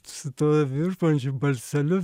su tuo virpančiu balseliu